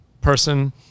person